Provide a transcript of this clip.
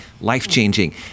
life-changing